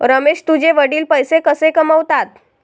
रमेश तुझे वडील पैसे कसे कमावतात?